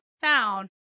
found